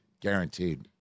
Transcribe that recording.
guaranteed